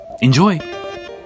enjoy